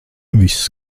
viss